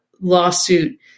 lawsuit